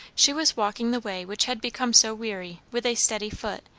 she was walking the way which had become so weary with a steady foot,